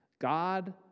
God